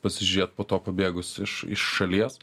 pasižiūrėt po to pabėgus iš iš šalies